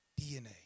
DNA